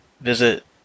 visit